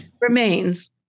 remains